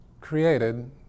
created